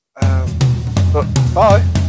bye